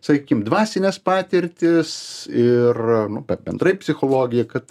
sakykim dvasinės patirtys ir nu kad bendrai psichologija kad